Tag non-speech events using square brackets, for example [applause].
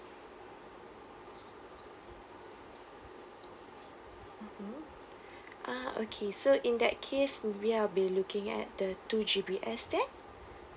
mmhmm [breath] ah okay so in that case maybe I'll be looking at the two G B S then